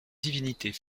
divinités